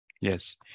Yes